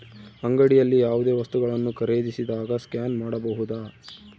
ಅಂಗಡಿಯಲ್ಲಿ ಯಾವುದೇ ವಸ್ತುಗಳನ್ನು ಖರೇದಿಸಿದಾಗ ಸ್ಕ್ಯಾನ್ ಮಾಡಬಹುದಾ?